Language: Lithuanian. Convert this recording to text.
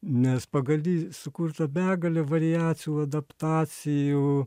nes pagal jį sukurta begalė variacijų adaptacijų